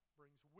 brings